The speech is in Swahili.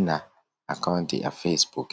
na akaunti ya Facebook.